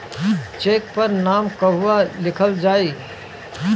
Check पर नाम कहवा लिखल जाइ?